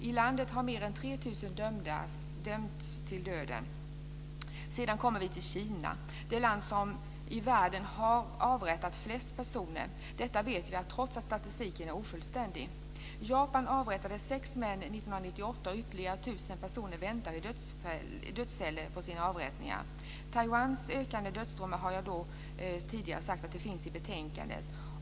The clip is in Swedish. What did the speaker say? I landet har mer än Sedan kommer vi till Kina, det land i världen som har avrättat flest personer. Detta vet vi trots att statistiken är ofullständig. Japan avrättade sex män 1998 och ytterligare 1 000 personer väntar i dödsceller på sina avrättningar. Jag har tidigare sagt att det ökande antalet dödsdomar i Taiwan finns i betänkandet.